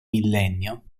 millennio